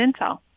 Intel